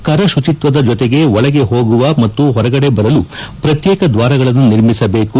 ಕರ ಶುಚಿತ್ವದ ಜೊತೆಗೆ ಒಳಗೆ ಹೋಗುವ ಮತ್ತು ಹೊರಗಡೆ ಬರಲು ಪ್ರತ್ನೇಕ ದ್ವಾರಗಳನ್ನು ನಿರ್ಮಿಸಬೇಕು